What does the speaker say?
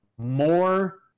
more